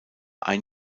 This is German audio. ein